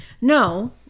No